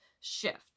shift